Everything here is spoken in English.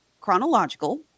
chronological